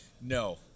no